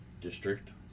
district